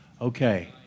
Okay